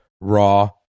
Raw